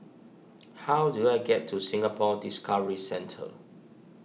how do I get to Singapore Discovery Centre